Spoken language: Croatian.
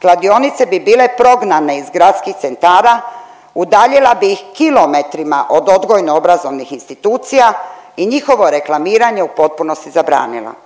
kladionice bi bile prognane iz gradskih centara, udaljila bi ih kilometrima od odgojno-obrazovnih institucija i njihovo reklamiranje u potpunosti zabranila,